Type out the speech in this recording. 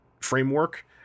framework